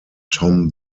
tom